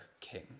king